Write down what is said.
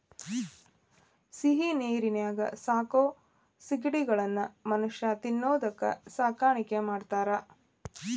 ಸಿಹಿನೇರಿನ್ಯಾಗ ಸಾಕೋ ಸಿಗಡಿಗಳನ್ನ ಮನುಷ್ಯ ತಿನ್ನೋದಕ್ಕ ಸಾಕಾಣಿಕೆ ಮಾಡ್ತಾರಾ